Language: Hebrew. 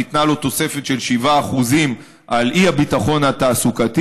שניתנה להם תוספת של 7% על האי-ביטחון התעסוקתי.